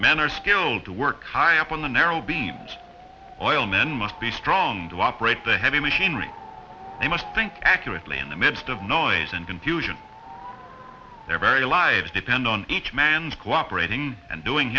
men are skilled to work high up on the narrow beams oilmen must be strong to operate the heavy machinery they must think accurately in the midst of noise and confusion their very lives depend on each man's cooperating and doing